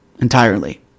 entirely